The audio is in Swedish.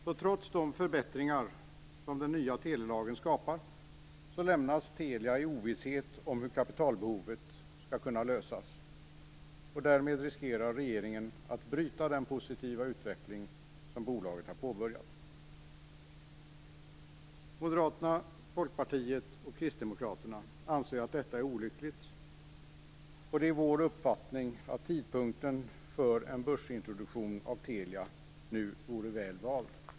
Så trots de förbättringar som den nya telelagen skapar lämnas Telia i ovisshet om hur kapitalbehovet skall kunna lösas, och därmed riskerar regeringen att bryta den positiva utveckling som bolaget har påbörjat. Moderaterna, Folkpartiet och Kristdemokraterna anser att detta är olyckligt. Det är vår uppfattning att tidpunkten för en börsintroduktion av Telia nu vore väl vald.